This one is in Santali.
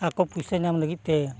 ᱟᱠᱚ ᱯᱩᱭᱥᱟᱹ ᱧᱟᱢ ᱞᱟᱹᱜᱤᱫ ᱛᱮ